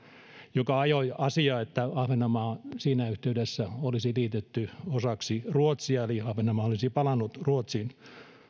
joka ajoi asiaa että ahvenanmaa siinä yhteydessä olisi liitetty osaksi ruotsia eli ahvenanmaa olisi palannut ruotsiin